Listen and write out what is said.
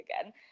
again